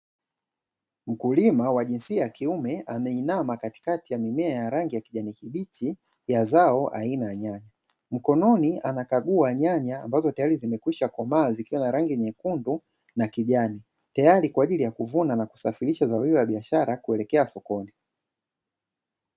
Mkulima wa jinsia ya kiume ameinama katikati ya mimea ya kijani kibichi ya zao aina ya nyanya, mkononi anakagua nyanya ambazo tayari zilishakwisha kukomaa zikiwa na rangi nyekundu na kijani, kwa ajili ya kuvuna na kusafirisha zao hili la biashara tayari kwa kuelekea sokoni.